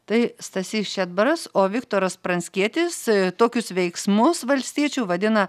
tai stasys šedbaras o viktoras pranckietis tokius veiksmus valstiečių vadina